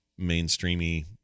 mainstreamy